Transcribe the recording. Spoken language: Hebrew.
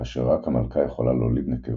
כאשר רק המלכה יכולה להוליד נקבות.